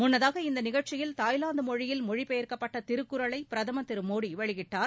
முன்னதாக இந்த நிகழ்ச்சியில் தாய்லாந்து மொழியில் மொழி பெயர்க்கப்பட்ட திருக்குறளை பிரதமர் திரு மோடி வெளியிட்டார்